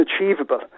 unachievable